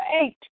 eight